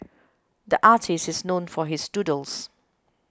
the artist is known for his doodles